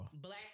Black